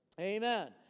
Amen